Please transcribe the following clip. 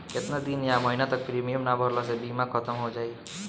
केतना दिन या महीना तक प्रीमियम ना भरला से बीमा ख़तम हो जायी?